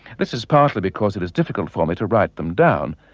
this is partly because it is difficult for me to write them down,